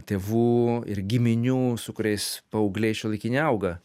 tėvų ir giminių su kuriais paaugliai šiuolaikiniai auga